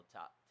top